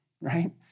right